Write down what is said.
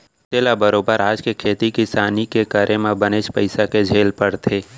मनसे ल बरोबर आज के खेती किसानी के करे म बनेच पइसा के झेल परथे